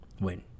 win